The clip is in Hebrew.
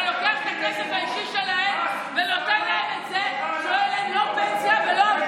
אתה לוקח להם את כספי הפנסיה שלהם וקורא לזה דמי אבטלה.